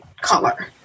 color